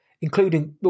including